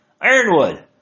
Ironwood